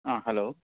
অঁ হেল্ল'